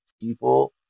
people